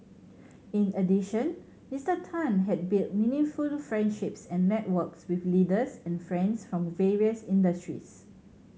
in addition Mister Tan has built meaningful friendships and networks with leaders and friends from various industries